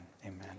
Amen